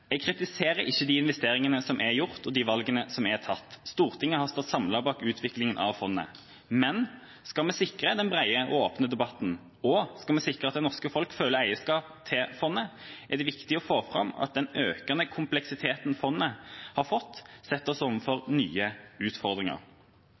Jeg kritiserer ikke de investeringene som er gjort, og de valgene som er tatt. Stortinget har stått samlet bak utviklinga av fondet. Men skal vi sikre den brede og åpne debatten, og skal vi sikre at det norske folk føler eierskap til fondet, er det viktig å få fram at den økende kompleksiteten fondet har fått, setter oss overfor nye utfordringer.